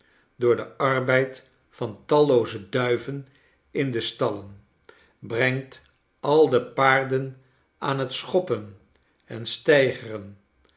door den arbeid van tallooze duiven in de stallen brengt al de paarden aan het schoppen en